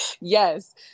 Yes